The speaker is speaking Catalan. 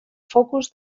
focus